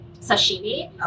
sashimi